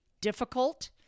difficult